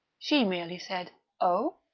she merely said, oh?